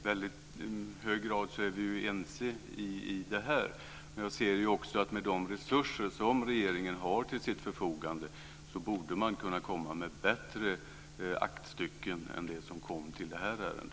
Fru talman! Vi är i väldigt hög grad ense i fråga om detta. Men jag ser också att med de resurser som regeringen har till sitt förfogande så borde man kunna komma med bättre aktstycken än det som kom till detta ärende.